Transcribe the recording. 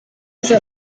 the